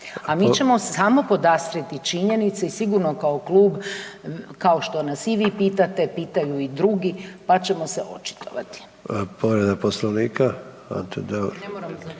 a mi ćemo se samo podastriti činjenice i sigurno kao klub, kao što nas i vi pitate, pitaju i drugi, pa ćemo se očitovati. **Sanader, Ante (HDZ)** Povreda